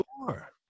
sure